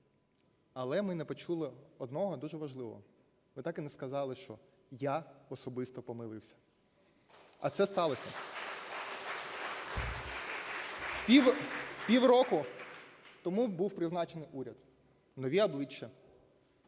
Але ми не почули одного, дуже важливого. Ви так і не сказали, що я особисто помилився. А це сталося. Півроку тому був призначений уряд. Нові обличчя,